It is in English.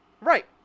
Right